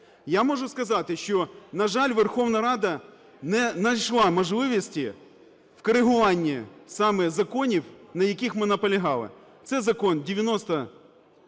Я можу сказати, що, на жаль, Верховна Рада не найшла можливості в корегуванні саме законів, на яких ми наполягали. Це Закон 9026 щодо